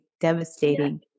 Devastating